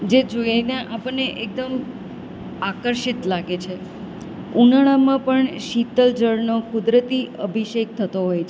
જે જોઈને આપણને એકદમ આકર્ષિત લાગે છે ઉનાળામાં પણ શીતળ જળનો કુદરતી અભિષેક થતો હોય છે